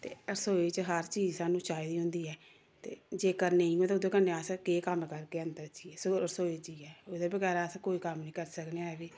ते रसोई च हर चीज सानूं चाहिदी होंदी ऐ ते जेकर नेईं होए ते ओह्दे कन्नै अस केह् कम्म करगे अंदर जेइये रसोई रसोई च जेइये ओह्दे बगैर अस कोई कम्म निं करी सकने ऐ बी